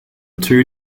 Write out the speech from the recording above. two